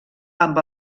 amb